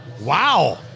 Wow